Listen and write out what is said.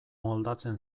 moldatzen